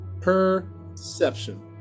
perception